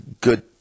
good